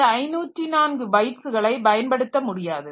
இந்த 504 பைட்ஸ்களை பயன்படுத்த முடியாது